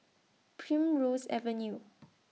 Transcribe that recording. Primrose Avenue